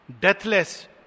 Deathless